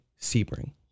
Sebring